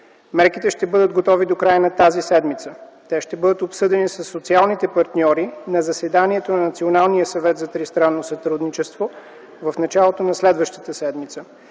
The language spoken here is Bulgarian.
Мерките ще бъдат готови до края на тази седмица. Те ще бъдат обсъдени със социалните партньори на заседанието на Националния съвет за тристранно сътрудничество в началото на следващата седмица.